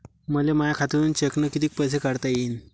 मले माया खात्यातून चेकनं कितीक पैसे काढता येईन?